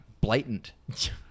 blatant